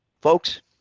folks